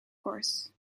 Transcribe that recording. course